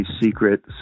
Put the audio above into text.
secret